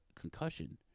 concussion